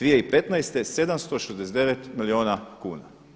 2015. 769 milijuna kuna.